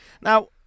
now